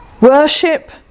Worship